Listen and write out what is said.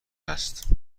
هست